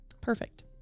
Perfect